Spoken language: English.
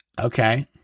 Okay